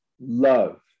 love